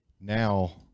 now